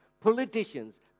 politicians